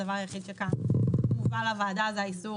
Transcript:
הדבר היחיד שכאן מובא לוועדה הוא האיסור